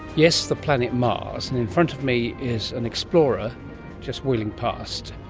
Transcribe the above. yes, the planet mars. and in front of me is an explorer just wheeling past,